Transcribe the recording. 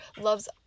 loves